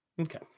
Okay